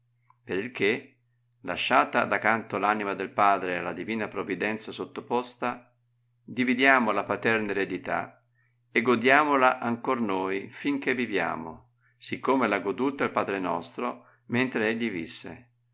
che lasciata da canto l'anima del padre alla divina previdenza sottoposta dividiamo la paterna eredità e godiamola ancor noi fin che viviamo sì come l'ha goduta il padre nostro mentre egli visse